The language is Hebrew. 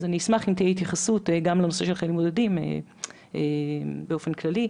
אשמח אם תהיה התייחסות גם לנושא של חיילים בודדים באופן כללי.